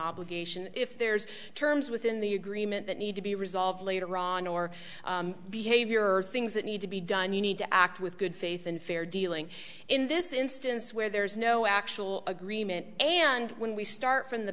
obligation if there's terms within the agreement that need to be resolved later on or behavior or things that need to be done you need to act with good faith and fair dealing in this instance where there is no actual agreement and when we start from the